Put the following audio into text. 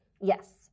Yes